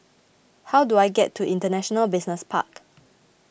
how do I get to International Business Park